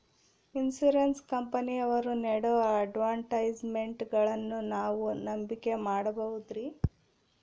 Insurance ಕಂಪನಿಯವರು ನೇಡೋ ಅಡ್ವರ್ಟೈಸ್ಮೆಂಟ್ಗಳನ್ನು ನಾವು ನಂಬಿಕೆ ಮಾಡಬಹುದ್ರಿ?